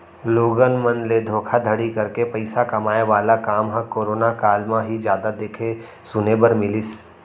लोगन मन ले धोखाघड़ी करके पइसा कमाए वाला काम ह करोना काल म ही जादा देखे सुने बर मिलिस